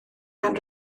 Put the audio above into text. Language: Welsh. gan